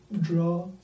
draw